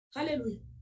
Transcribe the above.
Hallelujah